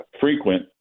frequent